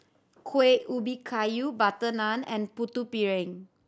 Kuih Ubi Kayu butter naan and Putu Piring